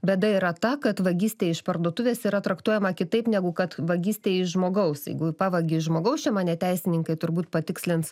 bėda yra ta kad vagystė iš parduotuvės yra traktuojama kitaip negu kad vagystė iš žmogaus jeigu pavagi iš žmogaus čia mane teisininkai turbūt patikslins